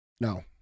No